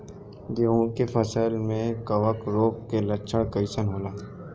गेहूं के फसल में कवक रोग के लक्षण कइसन होला?